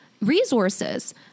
resources